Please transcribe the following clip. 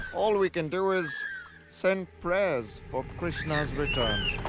all we can do is send prayers for krishna's return.